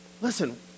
listen